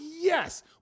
yes